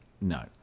No